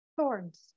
thorns